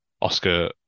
Oscar